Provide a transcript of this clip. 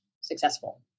successful